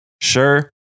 Sure